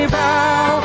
bow